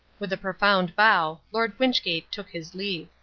with a profound bow, lord wynchgate took his leave.